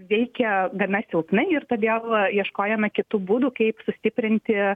veikia gana silpnai ir todėl ieškojome kitų būdų kaip sustiprinti